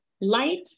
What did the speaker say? light